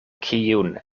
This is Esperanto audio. kiun